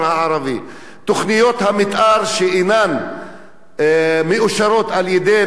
תוכניות המיתאר שאינן מאושרות על-ידי משרד הפנים,